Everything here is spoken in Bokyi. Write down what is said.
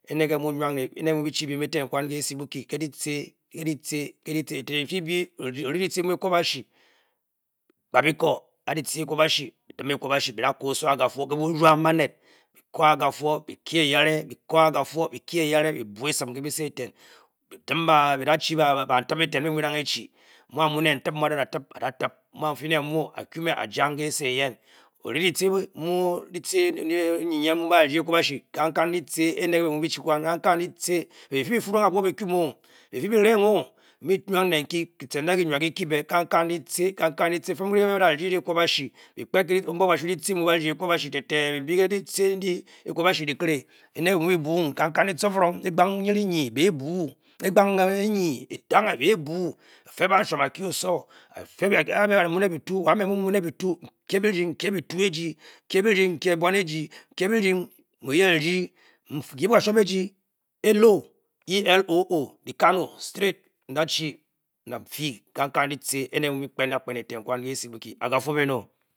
Ne nka emu wnage ne ne ka bu chi nbe be teh kun ka si ke le teh ke le tehi pka beku ba ra kun osowor akafu le bo dung ba bend kangi kangi late ba pe be leng oh kan pai lati fem le aba di le akoba shi, akobashi ne ngabe mbe pkang nyeni fe ban shum okei obowor wa nne u li lafu eloo. E-L-OO kano staringht enda cho nda fa ku fu be nor